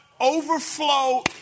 Overflow